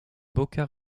boca